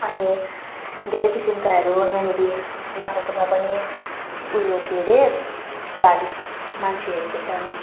अनि धेरै किसिमकाहरू यहाँनिर बाख्राकोटमा पनि ऊ यो के रे धार मान्छेहरूको छन्